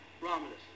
Romulus